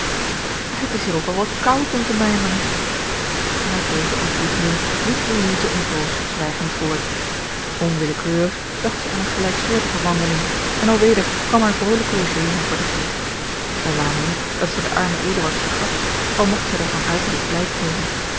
het is hier ook wel wat koud om te mijmeren na deze ontboezeming liep louise eene poos zwijgend voort onwillekeurig dacht zij aan eene gelijksoortige wandeling en alweder kwam haar vrolijke logé haar voor den geest men wane niet dat zij den armen eduard vergat al mogt zij daarvan uiterlijk blijken geven